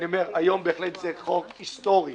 היום זה חוק היסטורי